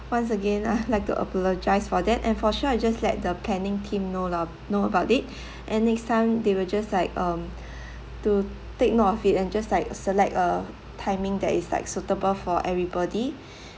once again I would like to apologise for that and for sure I'll just let the planning team know lah know about it and next time they will just like um to take note of it and just like select a timing that is like suitable for everybody